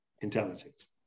intelligence